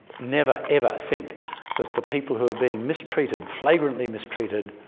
never ever think that the people who are being mistreated, flagrantly mistreated,